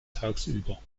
tagsüber